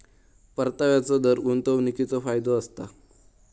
परताव्याचो दर गुंतवणीकीचो फायदो असता